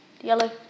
Yellow